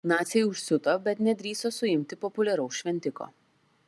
naciai užsiuto bet nedrįso suimti populiaraus šventiko